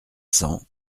cents